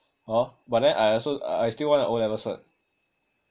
hor but then I also I still want an o'level cert